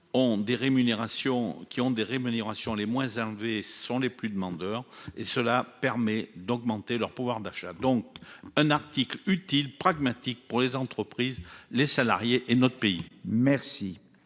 qui ont des rémunérations les moins enlever ce sont les plus demandeurs, et cela permet d'augmenter leur pouvoir d'achat, donc un article utile pragmatique pour les entreprises, les salariés et notre pays.